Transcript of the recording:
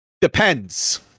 Depends